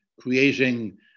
creating